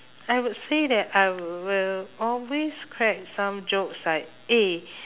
I would say that I will always crack some jokes like eh